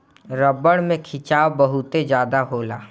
रबड़ में खिंचाव बहुत ज्यादा होला